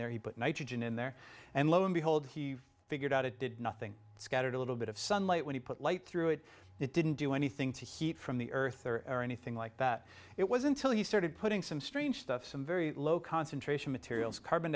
there he put nitrogen in there and lo and behold he figured out it did nothing scattered a little bit of sunlight when he put light through it it did do anything to heat from the earth or anything like that it was until he started putting some strange stuff some very low concentration materials carbon